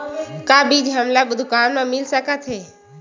का बीज हमला दुकान म मिल सकत हे?